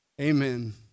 Amen